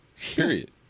period